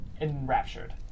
enraptured